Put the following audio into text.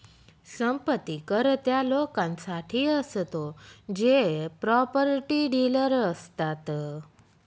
संपत्ती कर त्या लोकांसाठी असतो जे प्रॉपर्टी डीलर असतात